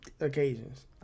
occasions